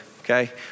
okay